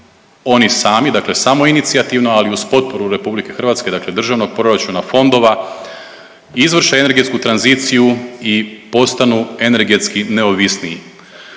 oni sami, dakle samoinicijativno, ali uz potporu Republike Hrvatske, dakle državnog proračuna, fondova izvrše energetsku tranziciju i postanu energetski neovisniji.